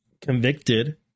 convicted